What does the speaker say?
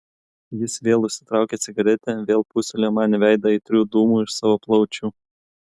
jis vėl užsitraukė cigaretę vėl pūstelėjo man į veidą aitrių dūmų iš savo plaučių